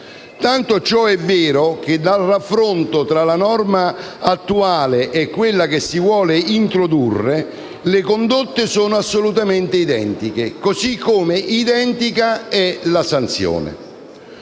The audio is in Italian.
Tanto ciò è vero che, dal raffronto tra la norma attuale e quella che si vuole introdurre, le condotte risultano assolutamente identiche, così come identica è la sanzione.